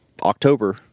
October